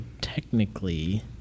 technically